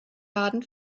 baden